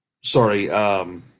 sorry